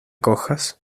cojas